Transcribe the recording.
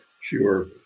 Sure